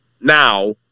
now